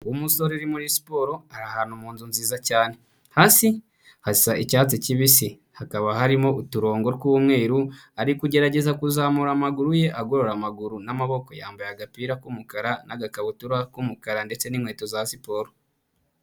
Umusore uri muri siporo ari ahantu mu nzu nziza cyane, hasi hasa icyatsi kibisi hakaba harimo uturongo tw'umweru. Ari kugerageza kuzamura amaguru ye agorora amaguru n'amaboko, yambaye agapira k'umukara n'agakabutura k'umukara ndetse n'inkweto za siporo.